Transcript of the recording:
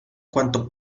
cuanto